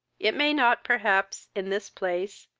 it may not perhaps, in this place,